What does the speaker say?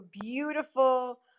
beautiful